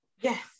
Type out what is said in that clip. Yes